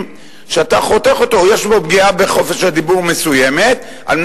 שאתה חותך אותו: יש בו פגיעה מסוימת בחופש הדיבור,